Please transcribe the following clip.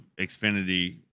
xfinity